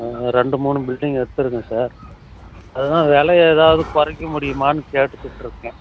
ரெண்டு மூணு பில்டிங் எடுத்துருக்கன் சார் அது தான் விலை எதாவது குறைக்க முடியுமான்னு கேட்டுகிட்டு இருக்கேன்